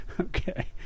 Okay